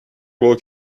will